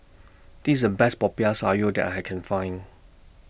This IS The Best Popiah Sayur that I Can Find